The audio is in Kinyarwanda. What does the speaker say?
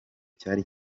cyari